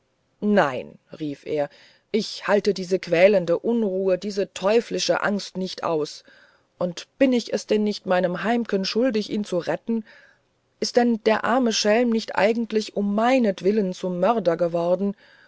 nein rief er ich halte diese quälende unruhe diese teuflische angst nicht aus und bin ich es denn nicht meinem heimken schuldig ihn zu retten ist denn der arme schelm nicht eigentlich um meinetwillen zum mörder geworden